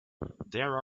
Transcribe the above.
there